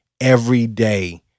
everyday